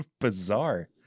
Bizarre